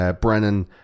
Brennan